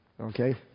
Okay